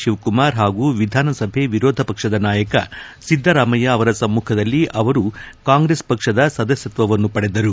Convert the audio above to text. ಶಿವಕುಮಾರ್ ಹಾಗೂ ವಿಧಾನಸಭೆ ವಿರೋಧ ಪಕ್ಷದ ನಾಯಕ ಸಿದ್ದರಾಮಯ್ಯ ಅವರ ಸಮ್ನುಖದಲ್ಲಿ ಅವರು ಕಾಂಗ್ರೆಸ್ ಪಕ್ಷದ ಸದಸ್ನತ್ವವನ್ನು ಪಡೆದರು